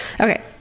Okay